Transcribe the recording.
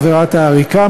עבירת עריקה,